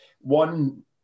one